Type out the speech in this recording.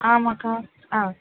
ஆமாக்கா ஆ